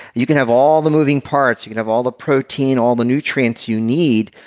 you can have all the moving parts, you can have all the protein, all the nutrients you need,